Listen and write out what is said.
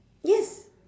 yes